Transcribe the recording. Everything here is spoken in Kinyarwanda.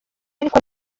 ariko